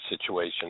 situation